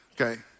okay